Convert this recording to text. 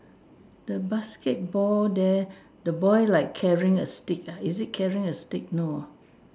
the basketball there the boy like carrying a stick ah is it carrying a stick no uh